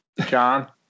John